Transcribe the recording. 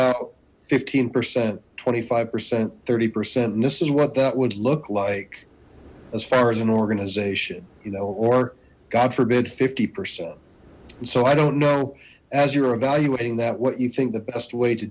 out fifteen percent twenty five percent thirty percent and this is what that would look like as far as an organization you know or god forbid fifty percent so i don't know as you're evaluating that what you think the best way to